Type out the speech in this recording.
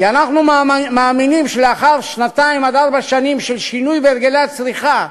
כי אנחנו מאמינים שלאחר שנתיים עד ארבע שנים של שינוי בהרגלי הצריכה,